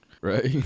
Right